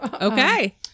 Okay